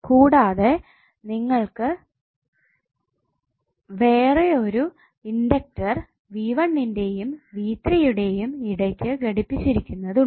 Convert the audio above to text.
കൂടാതെ നിങ്ങൾക്ക് വേറൊരു ഇണ്ടക്ടർ v1 ന്റെയും v3 യുടെയും ഇടയ്ക്കു ഘടിപ്പിച്ചിരിക്കുന്നത് ഉണ്ട്